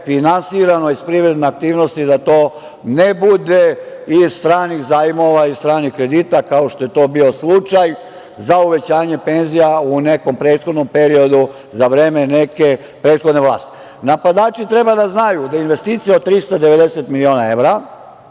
finansirano iz privredne aktivnosti, da to ne bude iz stranih zajmova i stranih kredita, kao što je to bio slučaj za uvećanje penzija u nekom prethodnom periodu za vreme neke prethodne vlasti. Napadači treba da znaju da investicija od 390 miliona evra